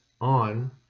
on